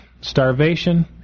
starvation